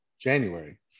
January